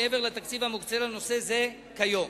מעבר לתקציב המוקצה לנושא זה כיום.